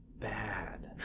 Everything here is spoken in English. bad